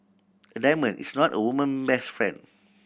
a diamond is not a woman best friend